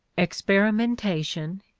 experimentation,